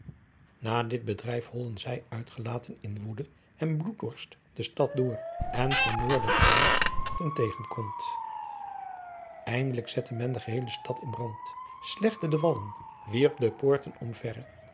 na dit bedrijf hollen zij uitgelaten in woede en bloeddorst de stad door en vermoorden alles wat hun tegenkomt eindelijk zette men de geheele stad in brand slechtte de wallen wierp de poorten omverre